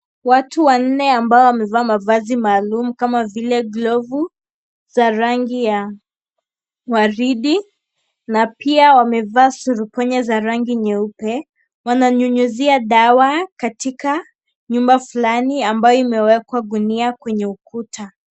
Watu wanne ambao wamevaa mavazi maalum kama vile glovu za rangi ya, waridi na pia wamevaa surupwenye za rangi nyeupe wananyunyizia dawa katika nyumba fulani ambayo imewekwa gunia kwenye ukuta.